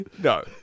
No